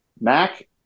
Mac